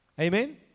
Amen